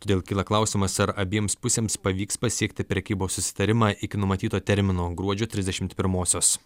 todėl kyla klausimas ar abiems pusėms pavyks pasiekti prekybos susitarimą iki numatyto termino gruodžio trisdešimt pirmosios